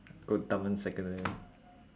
go dunman secondary